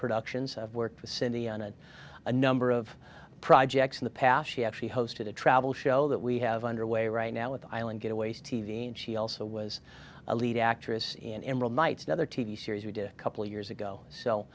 productions of worked with cindy on a number of projects in the past she actually hosted a travel show that we have underway right now with island get away t v and she also was a lead actress in emerald knights another t v series we did a couple of years ago so